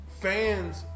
fans